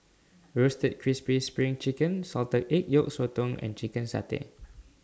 Roasted Crispy SPRING Chicken Salted Egg Yolk Sotong and Chicken Satay